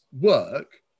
work